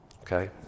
Okay